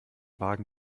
wagen